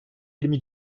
yirmi